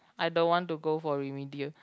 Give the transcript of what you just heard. I don't want to go for remedial